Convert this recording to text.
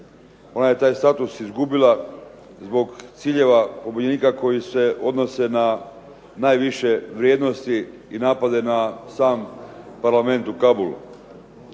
Ona je taj status izgubila zbog ciljeva pobunjenika koji se odnose na najviše vrijednosti i napada na sam Parlament u Kabulu.